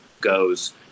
goes